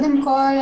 נכון,